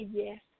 yes